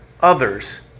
others